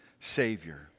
savior